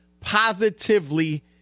positively